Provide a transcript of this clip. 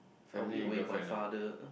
I will eat with my father